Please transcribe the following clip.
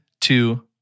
two